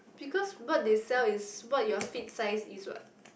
because what they sell is what your feet size is what